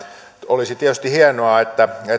olisi tietysti hienoa että